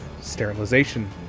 sterilization